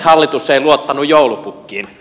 hallitus ei luottanut joulupukkiin